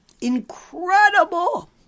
incredible